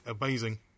amazing